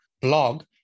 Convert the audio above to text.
blog